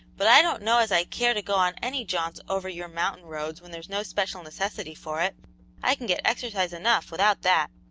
but i don't know as i care to go on any jaunts over your mountain roads when there's no special necessity for it i can get exercise enough without that.